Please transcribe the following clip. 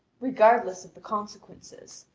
regardless of the consequences,